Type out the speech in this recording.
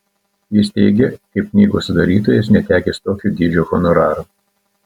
jis teigia kaip knygos sudarytojas netekęs tokio dydžio honoraro